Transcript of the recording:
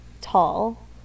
tall